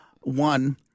One